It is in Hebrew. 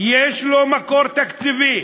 יש לו מקור תקציבי.